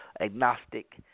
agnostic